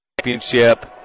championship